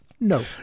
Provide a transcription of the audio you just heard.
No